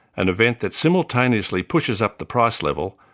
an event that simultaneously pushes up the price level,